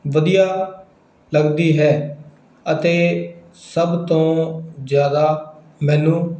ਵਧੀਆ ਲੱਗਦੀ ਹੈ ਅਤੇ ਸਭ ਤੋਂ ਜਿਆਦਾ ਮੈਨੂੰ